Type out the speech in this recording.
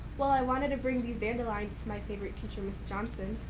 well, i wanted to bring these dandelions to my favorite teacher, ms. johnson.